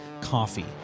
coffee